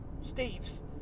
Steve's